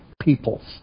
peoples